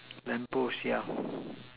lamp post yeah